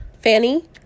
fanny